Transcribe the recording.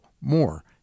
More